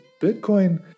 Bitcoin